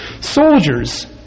Soldiers